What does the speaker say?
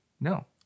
No